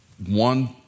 one